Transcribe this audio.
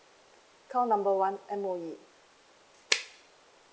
number one M_O_E